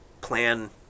plan